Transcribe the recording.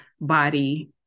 body